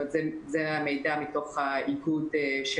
המידע הוא מתוך האיגוד של